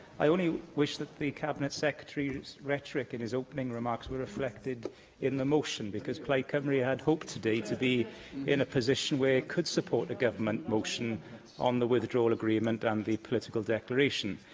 i only wish that the cabinet secretary's rhetoric in his opening remarks were reflected in the motion, because plaid cymru had hoped today to be in a position where it could support a government motion on the withdrawal agreement and the political declaration.